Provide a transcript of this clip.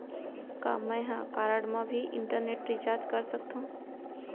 का मैं ह कारड मा भी इंटरनेट रिचार्ज कर सकथो